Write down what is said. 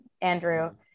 Andrew